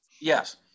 yes